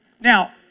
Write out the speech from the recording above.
Now